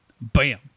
bam